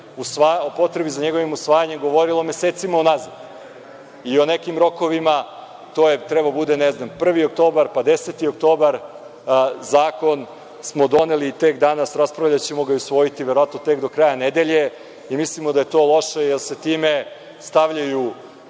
o potrebi za njegovim usvajanjem govorilo mesecima unazad i o nekim rokovima, to je trebao da bude, ne znam, 1. oktobar, pa 10. oktobar, zakon smo doneli tek danas, raspravljaćemo ga, usvojiti tek do kraja nedelje i mislimo da je to loše, jer se time stavljaju